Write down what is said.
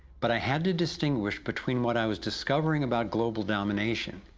but i had to distinguish between what i was discovering about global domination,